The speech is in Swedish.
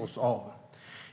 oss av.